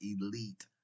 Elite